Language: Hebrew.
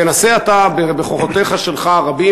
תנסה אתה, בכוחותיך שלך הרבים